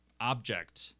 object